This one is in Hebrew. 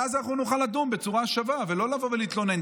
ואז נוכל לדון בצורה שווה, ולא לבוא ולהתלונן.